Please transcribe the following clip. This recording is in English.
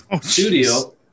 studio